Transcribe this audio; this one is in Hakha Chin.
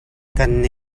kan